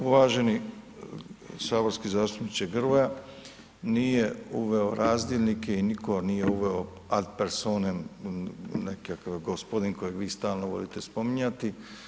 Uvaženi saborski zastupniče Grmoja, nije uveo razdjelnike i nitko nije uveo ad personam neke, gospodin kojeg vi stalno volite spominjati.